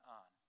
on